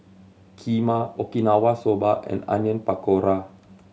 Kheema Okinawa Soba and Onion Pakora